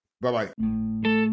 Bye-bye